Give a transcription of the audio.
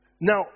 Now